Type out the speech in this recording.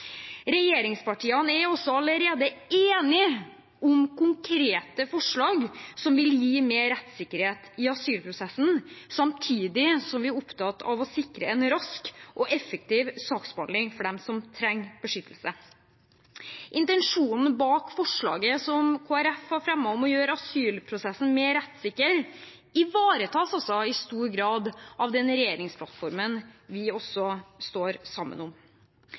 Regjeringspartiene er også allerede enige om konkrete forslag som vil gi mer rettssikkerhet i asylprosessen, samtidig som vi er opptatt av å sikre en rask og effektiv saksbehandling for dem som trenger beskyttelse. Intensjonen bak forslaget som Kristelig Folkeparti har fremmet om å gjøre asylprosessen mer rettssikker, ivaretas altså i stor grad av den regjeringsplattformen vi også står sammen om.